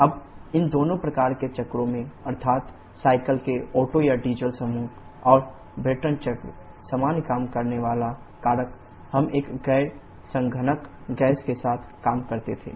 अब इन दोनों प्रकार के चक्रों में अर्थात् चक्र के ओटो या डीजल समूह और ब्रेटन चक्र सामान्य काम करने वाला कारक हम एक गैर संघनक गैस के साथ काम करते थे